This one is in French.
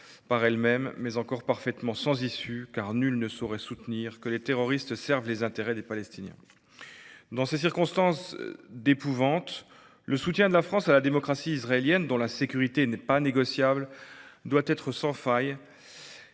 ignoble en soi, mais encore parfaitement sans issue, car nul ne saurait soutenir que les terroristes servent les intérêts des Palestiniens. Dans ces circonstances d’épouvante, le soutien de la France à la démocratie israélienne, dont la sécurité n’est pas négociable, doit être sans faille.